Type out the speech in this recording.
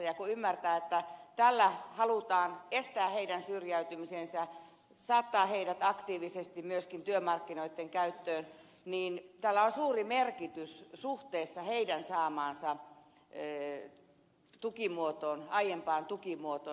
voidaan ymmärtää että tällä halutaan estää heidän syrjäytymisensä saattaa heidät aktiivisesti myöskin työmarkkinoitten käyttöön ja tällä on suuri merkitys suhteessa heidän saamaansa aiempaan tukimuotoon